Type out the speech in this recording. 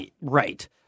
Right